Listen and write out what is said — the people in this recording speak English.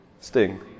sting